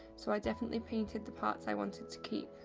so i definitely painted the parts i wanted to keep.